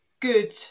good